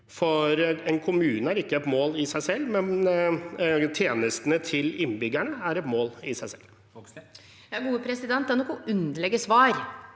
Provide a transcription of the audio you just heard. En kommune er ikke et mål i seg selv, men tjenestene til innbyggerne er et mål i seg selv.